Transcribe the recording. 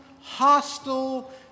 hostile